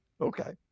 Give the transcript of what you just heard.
okay